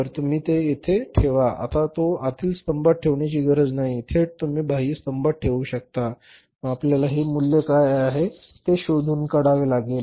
तर तुम्ही ते येथे ठेवा आता तो आतील स्तंभात ठेवण्याची गरज नाही थेट तुम्ही बाह्य स्तंभात ठेवू शकता आणि मग आपल्याला हे मूल्य काय आहे ते शोधून काढावे लागेल